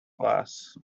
class